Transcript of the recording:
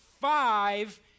five